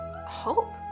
hope